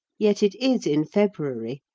yet it is in february,